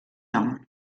nom